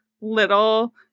little